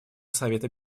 совета